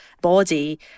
body